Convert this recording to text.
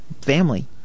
family